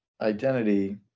identity